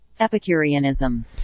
Epicureanism